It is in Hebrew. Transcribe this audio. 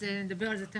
אז נדבר על זה תיכף.